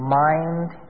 mind